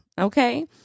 Okay